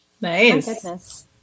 nice